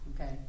okay